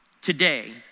Today